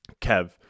Kev